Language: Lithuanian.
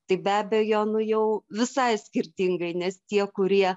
tai be abejo nu jau visai skirtingai nes tie kurie